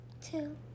two